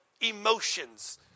emotions